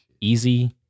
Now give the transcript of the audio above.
Easy